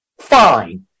fine